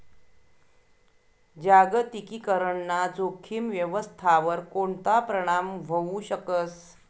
जागतिकीकरण ना जोखीम व्यवस्थावर कोणता परीणाम व्हवू शकस